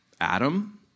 Adam